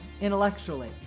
intellectually